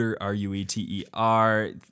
R-U-E-T-E-R